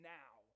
now